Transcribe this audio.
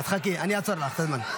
אז חכי, אני אעצור לך את הזמן.